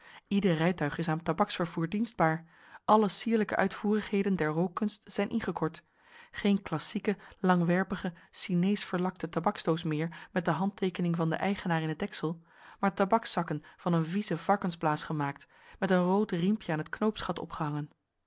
ieder rijtuig is aan tabaksvervoer dienstbaar alle sierlijke uitvoerigheden der rookkunst zijn ingekort geen klassieke langwerpige sineesverlakte tabaksdoos meer met de handteekening van den eigenaar in het deksel maar tabakszakken van een vieze varkensblaas gemaakt met een rood riempje aan het knoopsgat opgehangen